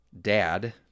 dad